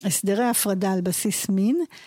הסדרי ההפרדה על בסיס מין